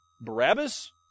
Barabbas